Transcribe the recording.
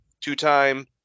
two-time